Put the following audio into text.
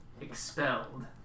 expelled